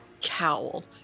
cowl